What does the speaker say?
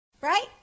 Right